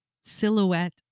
silhouette